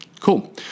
Cool